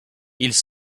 ils